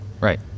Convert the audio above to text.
Right